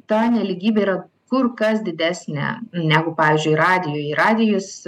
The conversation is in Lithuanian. ta nelygybė yra kur kas didesnė negu pavyzdžiui radijuj radijus